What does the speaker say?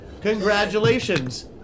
Congratulations